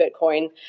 Bitcoin